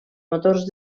motors